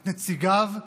את נציגיו,